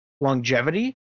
longevity